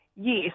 Yes